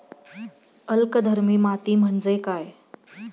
अल्कधर्मी माती म्हणजे काय?